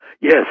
Yes